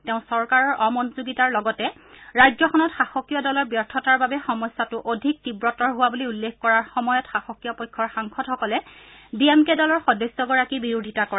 তেওঁ চৰকাৰৰ অমনোযোগিতাৰ লগতে ৰাজ্যখনত শাসকীয় দলৰ ব্যৰ্থতাৰ বাবে সমস্যাটো অধিক তীৱতৰ হোৱা বুলি উল্লেখ কৰাৰ সময়ত শাসকীয় পক্ষৰ সাংসদসকলে ডি এম কে দলৰ সদস্যগৰাকীৰ বিৰোধিতা কৰে